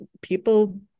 people